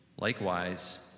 Likewise